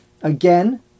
Again